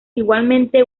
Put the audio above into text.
igualmente